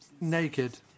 naked